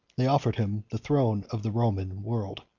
they offered him the throne of the roman world.